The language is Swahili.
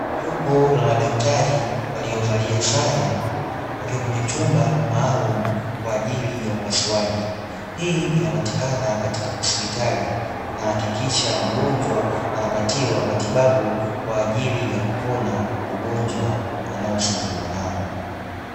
Jopo la madaktari waliovalia sare wakiwa kwenye chumba maalumu kwa ajili ya upasuaji, hii inapatikana katika hospitali inahakikisha mgonjwa anapatiwa matibabu kwa ajili ya kupona ugonjwa anaosumbuliwa nao.